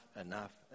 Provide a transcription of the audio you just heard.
enough